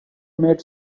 made